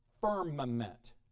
firmament